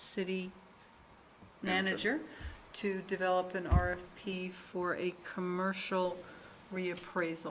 city manager to develop an r p for a commercial reapprais